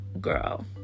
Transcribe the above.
Girl